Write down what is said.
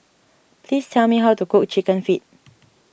please tell me how to cook Chicken Feet